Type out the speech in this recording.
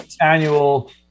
annual